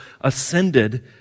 ascended